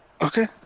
okay